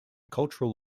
cultural